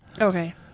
Okay